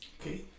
Okay